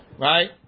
right